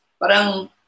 Parang